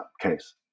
case